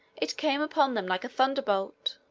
it came upon them like a thunder-bolt.